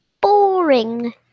boring